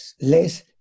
less